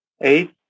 Eight